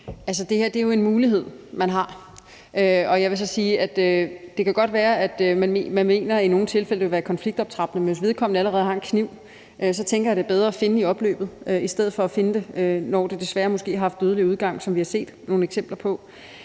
Og jeg vil så sige, at det godt kan være, at man mener, at det i nogle tilfælde vil være konfliktoptrappende, men hvis vedkommende allerede har en kniv, tænker jeg, at så er det bedre at finde den i opløbet i stedet for først at finde den, når situationen måske desværre har haft dødelig udgang, som vi har set nogle eksempler på.